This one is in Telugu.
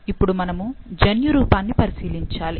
ఇప్పుడు మనము జన్యురూపాన్ని పరిశీలించాలి